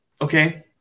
okay